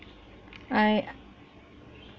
I